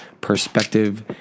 perspective